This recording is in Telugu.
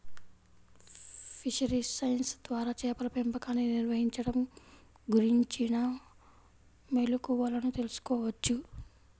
ఫిషరీస్ సైన్స్ ద్వారా చేపల పెంపకాన్ని నిర్వహించడం గురించిన మెళుకువలను తెల్సుకోవచ్చు